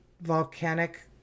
volcanic